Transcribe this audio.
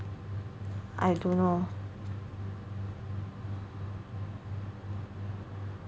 I don't know